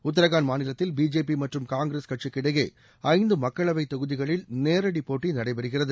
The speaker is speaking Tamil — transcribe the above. உத்திரகாண்ட் மாநிலத்தில் பிஜேபி மற்றம் காங்கிரஸ் கட்சிக்கு இடையே ஐந்து மக்களவை தொகுதிகளில் நேரடி போட்டி நடைபெறுகிறது